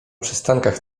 przystankach